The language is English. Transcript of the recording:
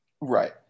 Right